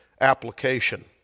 application